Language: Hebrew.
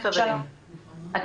אני